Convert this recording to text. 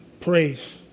praise